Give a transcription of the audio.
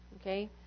Okay